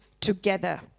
together